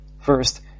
First